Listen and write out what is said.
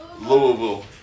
Louisville